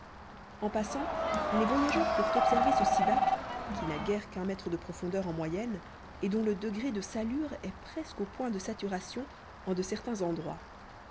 en passant les voyageurs purent observer ce sivach qui n'a guère qu'un mètre de profondeur en moyenne et dont le degré de salure est presque au point de saturation en de certains endroits